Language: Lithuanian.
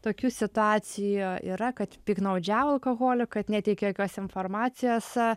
tokių situacijų yra kad piktnaudžiavo alkoholiu kad neteikia jokios informacijos